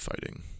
fighting